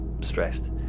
stressed